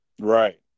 Right